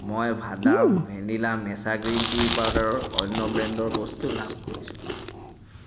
মই ভাদাম vanilla matcha green tea পাউদাৰৰ অন্য ব্ৰেণ্ডৰ বস্তু লাভ কৰিছোঁ